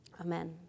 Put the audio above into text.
Amen